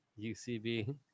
UCB